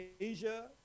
Asia